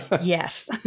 Yes